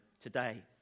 today